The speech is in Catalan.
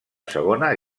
segona